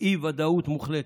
עם אי-ודאות מוחלטת.